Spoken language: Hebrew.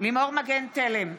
לימור מגן תלם,